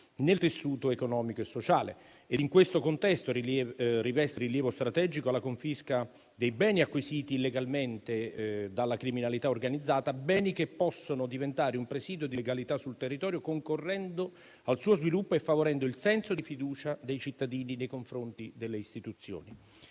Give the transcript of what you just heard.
nel tessuto economico e sociale. In questo contesto riveste rilievo strategico la confisca dei beni acquisiti illegalmente dalla criminalità organizzata, beni che possono diventare un presidio di legalità sul territorio, concorrendo al suo sviluppo e favorendo il senso di fiducia dei cittadini nei confronti delle istituzioni.